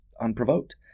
unprovoked